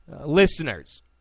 Listeners